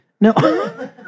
No